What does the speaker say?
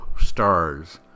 stars